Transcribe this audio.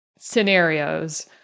scenarios